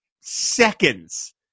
seconds